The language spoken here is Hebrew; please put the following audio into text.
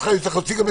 לתהלה לסיים,